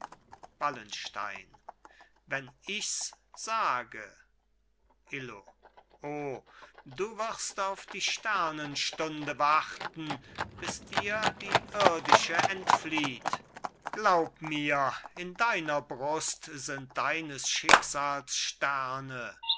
wallenstein wenn ichs sage illo o du wirst auf die sternenstunde warten bis dir die irdische entflieht glaub mir in deiner brust sind deines